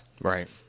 Right